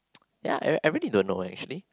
ya ya I really don't know actually